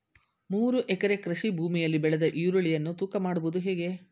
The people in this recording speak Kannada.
ಮೂರು ಎಕರೆ ಕೃಷಿ ಭೂಮಿಯಲ್ಲಿ ಬೆಳೆದ ಈರುಳ್ಳಿಯನ್ನು ತೂಕ ಮಾಡುವುದು ಹೇಗೆ?